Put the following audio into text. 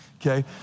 okay